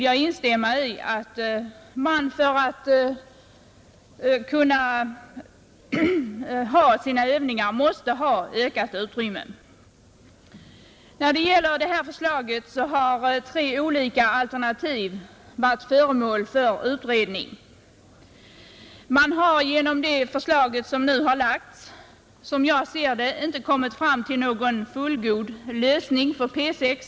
Jag instämmer i att regementet för att kunna genomföra sina övningar måste ha ökat utrymme. När det gäller detta förslag har tre olika alternativ varit föremål för utredning. Man har genom det förslag som nu har framlagts, som jag ser det, inte kommit fram till någon fullgod lösning för P 6.